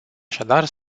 așadar